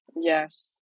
Yes